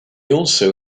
also